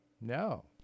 No